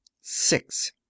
six